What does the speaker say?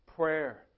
Prayer